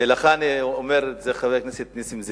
לך אני אומר את זה, חבר הכנסת נסים זאב.